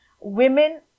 women